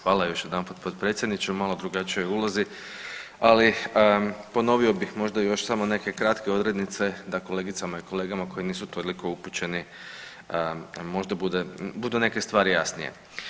Hvala još jedanput potpredsjedniče u malo drugačijoj ulozi, ali ponovio bih možda još samo neke kratke odrednice da kolegicama i kolega koji nisu toliko upućeni možda budu neke stvari jasnije.